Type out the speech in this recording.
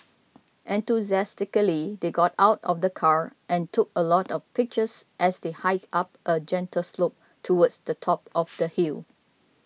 enthusiastically they got out of the car and took a lot of pictures as they hiked up a gentle slope towards the top of the hill